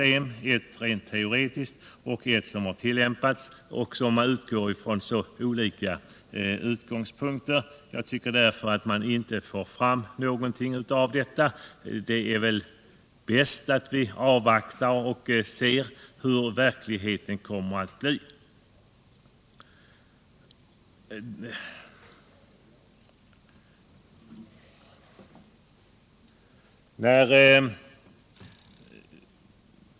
Egentligen framgår ingenting av detta resonemang och därför är det bäst att vi avvaktar och ser hur verkligheten kommer att bli.